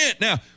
Now